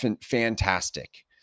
fantastic